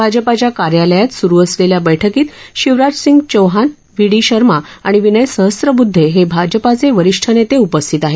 भाजपाच्या कार्यालयात स्रु असलेल्या बैठकीत शिवराजसिंग चौहान व्ही डी शर्मा आणि विनय सहस्रब्दधे हे भाजपाचे वरिष्ठ नेते उपस्थित आहेत